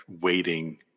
waiting